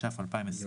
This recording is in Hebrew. התש"ף 2020)